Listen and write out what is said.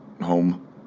home